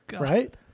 right